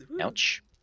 Ouch